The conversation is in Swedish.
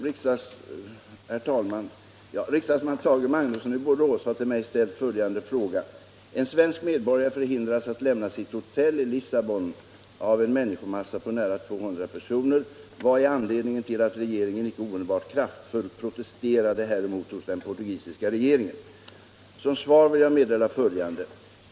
Fru talman! Herr Magnusson i Borås har till mig ställt följande fråga: En svensk medborgare förhindras att lämna sitt hotell i Lissabon av en människomassa på nära 200 personer. Vad är anledningen till att regeringen icke omedelbart kraftfullt protesterade häremot hos den portugisiska regeringen? Som svar vill jag meddela följande.